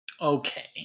Okay